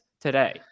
Today